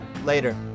Later